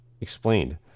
explained